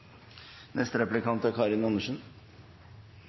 Neste replikant er